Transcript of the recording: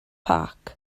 park